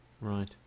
Right